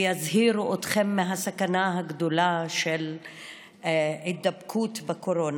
יזהירו אתכם מהסכנה הגדולה של הידבקות בקורונה.